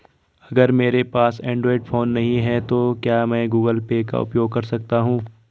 अगर मेरे पास एंड्रॉइड फोन नहीं है तो क्या मैं गूगल पे का उपयोग कर सकता हूं?